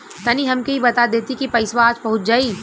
तनि हमके इ बता देती की पइसवा आज पहुँच जाई?